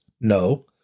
No